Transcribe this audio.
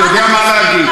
אני יודע מה להגיד.